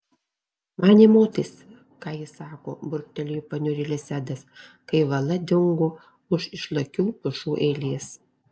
man nė motais ką ji sako burbtelėjo paniurėlis edas kai vala dingo už išlakių pušų eilės